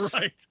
Right